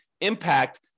impact